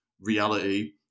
reality